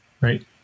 right